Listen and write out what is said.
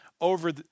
over